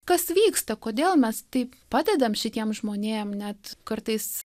kas vyksta kodėl mes taip padedam šitiem žmonėm net kartais